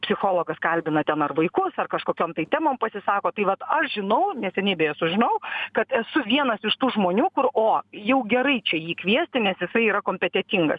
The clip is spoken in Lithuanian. psichologas kalbina ten ar vaikus ar kažkokiom tai temom pasisako tai vat aš žinau neseniai beje sužinojau kad esu vienas iš tų žmonių kur o jau gerai čia jį kviesti nes jisai yra kompetentingas